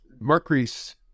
Mercury's